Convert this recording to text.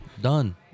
done